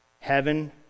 heaven